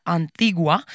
Antigua